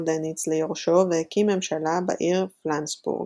דניץ ליורשו והקים ממשלה בעיר פלנסבורג.